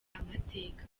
amateka